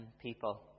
people